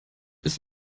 ist